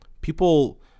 people